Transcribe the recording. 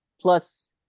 plus